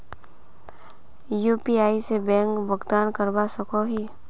UPI से bank भुगतान करवा सकोहो ही?